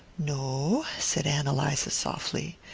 no, said ann eliza softly.